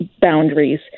boundaries